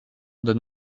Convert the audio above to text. donne